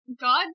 God